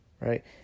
right